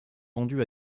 vendu